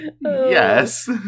Yes